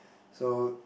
so